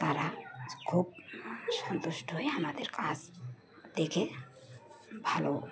তারা খুব সন্তুষ্ট হয়ে আমাদের কাজ দেখে ভালো